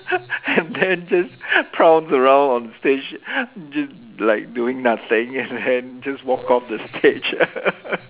and then just pounce around on stage just like doing nothing and then just walk off the stage